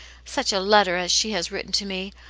such a letter as she has written to me!